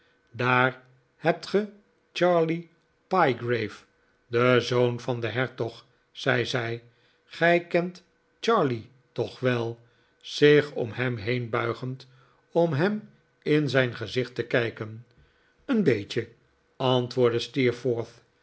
daar hebt ge charley pyegrave de zoon van den hertog zei zij gij kent charley toch wel zich om hem heenbuigend om hem in zijn gezicht te kijken een beetje antwoordde